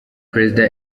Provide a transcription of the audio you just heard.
perezida